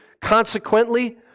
Consequently